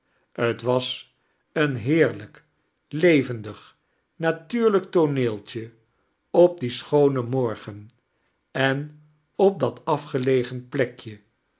t was eein he'eirlijk levendig natuurlijk tooneeltje op dien schoonen morgen en op dat afgelegen plekje